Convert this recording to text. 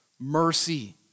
mercy